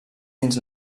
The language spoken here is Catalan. dins